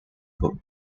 books